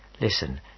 Listen